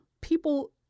people